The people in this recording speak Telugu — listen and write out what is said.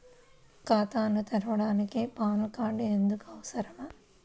ఖాతాను తెరవడానికి పాన్ కార్డు ఎందుకు అవసరము?